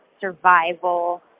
survival